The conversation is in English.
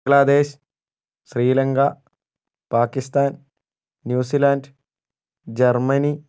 Bangladesh Sri Lanka Pakistan New Zealand Germany